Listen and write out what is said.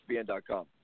ESPN.com